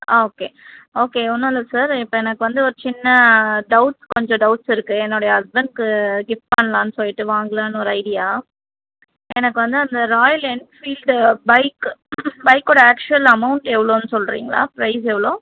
ஆ okay okay ஒன்றும் இல்லை sir இப்போ எனக்கு வந்து ஒரு சின்ன டவுட்ஸ் கொஞ்சம் டவுட்ஸ் இருக்கு என்னுடைய ஹஸ்பண்ட்க்கு கிஃப்ட் பண்ணலான்னு சொல்லிவிட்டு வாங்கலான்னு ஒரு ஐடியா எனக்கு வந்து அந்த ராயல் என்ஃபீல்டு பைக்கு பைக்கோட ஆக்ஷுவல் அமௌண்ட் எவ்வளோன்னு சொல்லுறீங்களா ப்ரைஸ் எவ்வளோ